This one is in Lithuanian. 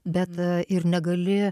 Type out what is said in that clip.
bet ir negali